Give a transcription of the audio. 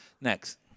Next